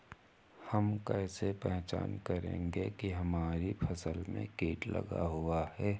हम कैसे पहचान करेंगे की हमारी फसल में कीट लगा हुआ है?